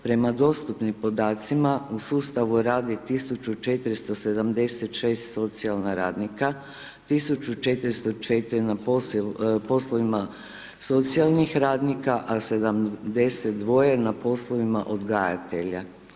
Prema dostupnim podacima u sustavu radi 1.476 socijalna radnika, 1.404 na poslovima socijalnih radnika, a 72 na poslovima odgajatelja.